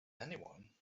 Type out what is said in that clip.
anyone